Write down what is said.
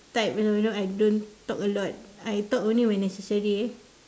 type you know I don't talk a lot I talk only when necessary eh